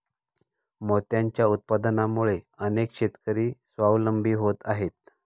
मोत्यांच्या उत्पादनामुळे अनेक शेतकरी स्वावलंबी होत आहेत